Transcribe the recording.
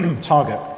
target